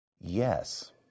Yes